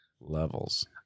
Levels